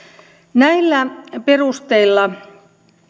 näillä perusteilla